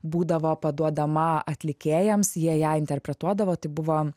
būdavo paduodama atlikėjams jie ją interpretuodavo tai buvo